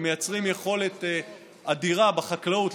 מייצרים יכולת אדירה בחקלאות,